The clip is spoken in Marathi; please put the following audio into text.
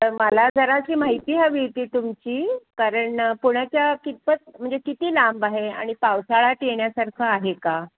तर मला जराशी माहिती हवी होती तुमची कारण पुण्याच्या कितपत म्हणजे किती लांब आहे आणि पावसाळ्यात येण्यासारखं आहे का